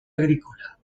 agrícola